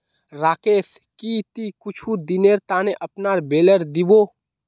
राकेश की ती कुछू दिनेर त न अपनार बेलर दी बो